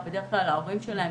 בדרך כלל של ההורים שלהם,